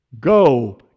go